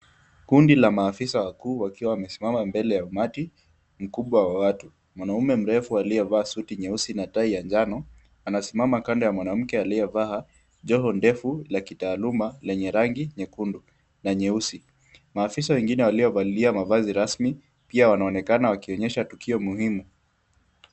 Kundi la maafisa wakuu wakiwa wamesimama mbele ya umati mkubwa wa watu. Mwanaume mrefu aliyevaa suti nyeusi na tai ya njano anasimama kando ya mwanamke aliyevaa joho ndefu la kitaaluma lenye rangi nyekundu na nyeusi. Maafisa wengine waliovalia mavazi rasmi pia wanaonekana wakionyesha tukio muhimu.